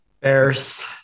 Bears